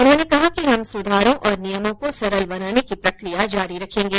उन्होंने कहा कि हम सुधारों और नियमों को सरल बनाने की प्रकिया जारी रखेंगे